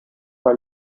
bei